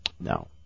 No